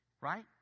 right